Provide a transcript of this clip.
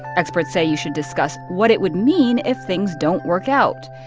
experts say you should discuss what it would mean if things don't work out.